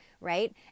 right